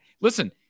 Listen